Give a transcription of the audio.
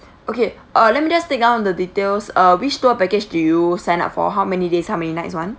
okay uh let me just take down the details uh which tour package do you sign up for how many days how many nights [one]